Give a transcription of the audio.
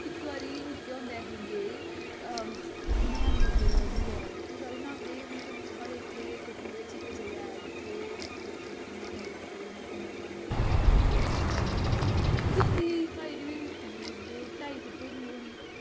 इक बारी निक्के होंदे अस गे न्हाने गी उद्धर डूरा बाईं उत्थै सारे न्हांदे हे मतलब साढ़े इत्थै कठुए च इक ज'गा ऐ लोकी न्हांदे ऐ पुन्य पन्य गी अस बी गे उत्थै न्हाने गी ते में निक्की होंदा हाइट बी किन्नी होनी कोई दो ढाई फुट होनी ही